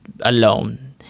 alone